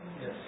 Yes